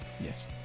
Yes